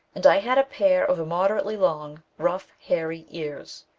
and i had a pair of immoderately long, rough, hairy ears.